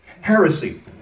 Heresy